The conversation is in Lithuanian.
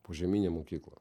požeminė mokykla